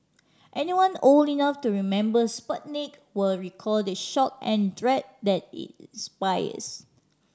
anyone old enough to remember Sputnik will recall the shock and dread that it inspires